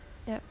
yup